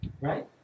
Right